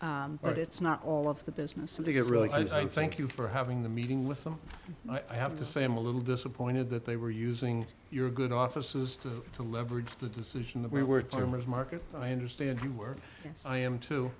thursdays but it's not all of the business so they get really i thank you for having the meeting with them i have to say i'm a little disappointed that they were using your good offices to leverage the decision that we were term of market i understand where i am too